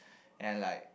and like